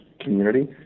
community